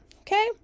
okay